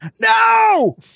No